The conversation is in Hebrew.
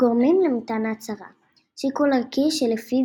הגורמים למתן ההצהרה שיקול ערכי – שלפיו